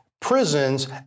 prisons